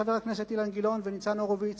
חברי הכנסת אילן גילאון וניצן הורוביץ,